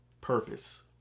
purpose